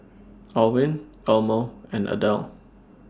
Alwin Elmo and Adele